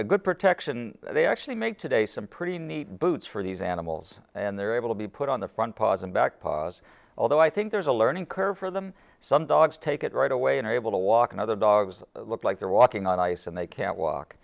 a good protection they actually make today some pretty neat boots for these animals and they're able to be put on the front paws and back pause although i think there's a learning curve for them some dogs take it right away and are able to walk and other dogs look like they're walking on ice and they can't walk